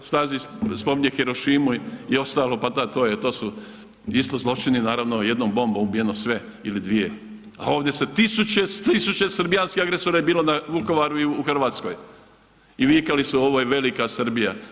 Stazić spominje Hirošimu i ostalo, pa da, to su isto zločini, naravno, jednom bombom ubijeno sve ili 2. A ovdje su tisuće, tisuće srbijanskih agresora je bilo na Vukovaru i u Hrvatskoj i vikali su ovo je Velika Srbija.